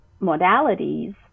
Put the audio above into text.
modalities